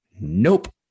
Nope